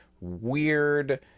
weird